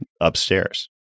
upstairs